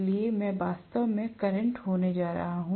इसलिए मैं वास्तव में करंट होने जा रहा है